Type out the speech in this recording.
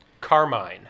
Carmine